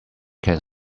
can